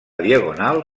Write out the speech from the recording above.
diagonal